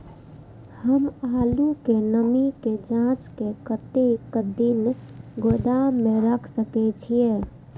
हम आलू के नमी के जाँच के कतेक दिन गोदाम में रख सके छीए?